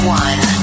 one